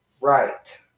right